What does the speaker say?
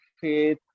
faith